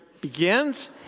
begins